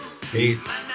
Peace